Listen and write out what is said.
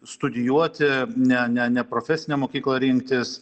studijuoti ne ne ne profesinę mokyklą rinktis